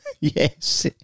Yes